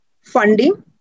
funding